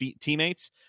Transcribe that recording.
teammates